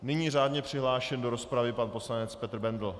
Nyní je řádně přihlášen do rozpravy pan poslanec Petr Bendl.